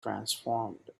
transformed